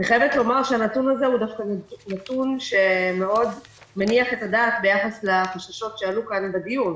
הנתון הזה מניח את הדעת ביחס לחששות שעלו כאן בדיון.